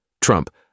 Trump